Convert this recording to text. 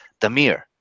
Damir